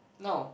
no